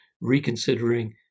reconsidering